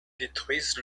détruisent